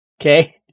Okay